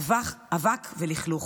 אבק ולכלוך,